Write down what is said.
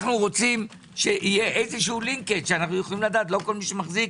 אנחנו רוצים שיהיה קישור, לא כל מי שמחזיק